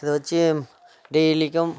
இதை வச்சு டெய்லிக்கும்